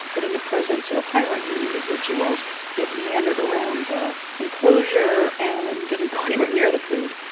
but in the presence of higher-ranking individuals it meandered around the enclosure and didn't go anywhere near the food.